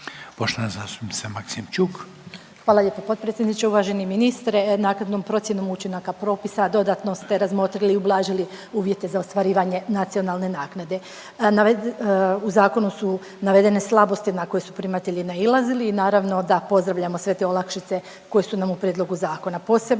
**Maksimčuk, Ljubica (HDZ)** Hvala lijepo potpredsjedniče. Uvaženi ministre, naknadom procjenom učinaka propisa dodatno ste razmotrili i ublažili uvjete za ostvarivanje nacionalne naknade. U zakonu su navedene slabosti na koje su primatelji nailazili i naravno da pozdravljamo sve te olakšice koje su nam u prijedlogu zakona, posebno